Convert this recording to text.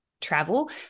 Travel